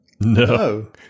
No